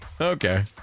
Okay